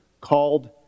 called